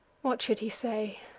what should he say?